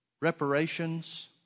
reparations